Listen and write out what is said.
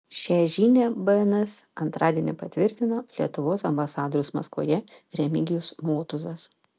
šią žinią bns antradienį patvirtino lietuvos ambasadorius maskvoje remigijus motuzas